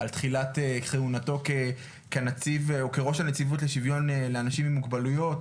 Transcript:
על תחילת כהונתו כראש הנציבות לשיוויון לאנשים עם מוגבלויות.